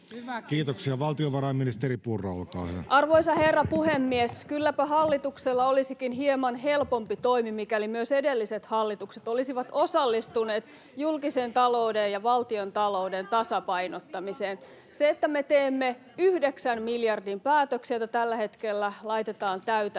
Kiitoksia. — Valtiovarainministeri Purra, olkaa hyvä. Arvoisa herra puhemies! Kylläpä hallituksella olisikin hieman helpompi toimi, mikäli myös edelliset hallitukset olisivat osallistuneet julkisen talouden ja valtiontalouden tasapainottamiseen. [Vasemmalta: Voitteko vastata